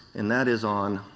and that is on